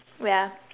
wait ah